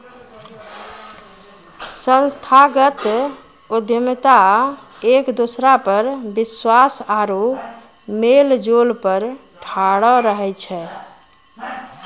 संस्थागत उद्यमिता एक दोसरा पर विश्वास आरु मेलजोल पर ठाढ़ो रहै छै